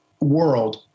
world